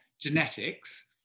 genetics